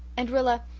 and rilla,